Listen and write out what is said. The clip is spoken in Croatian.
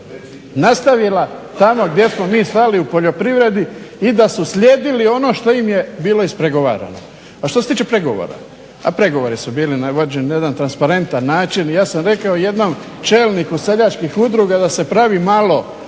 nastavila tamo gdje smo mi stali u poljoprivredi i da su slijedili ono što im je bilo ispregovarano. A što se tiče pregovora, a pregovori su bili vođeni na jedan transparentan način i ja sam rekao jednom čelniku seljačkih udruga da se pravi malo,